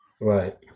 right